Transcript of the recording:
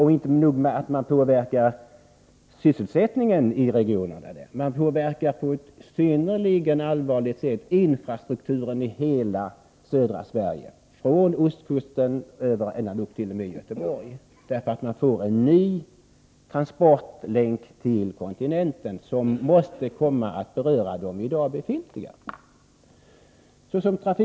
Visst påverkar man sysselsättningen i regionerna, men man påverkar även på ett synnerligen allvarligt sätt infrastrukturen i hela södra Sverige — från ostkusten upp till Göteborg, därför att man får en ny transportlänk till kontinenten som måste komma att beröra de i dag befintliga transportgrenarna.